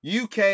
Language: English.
UK